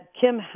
Kim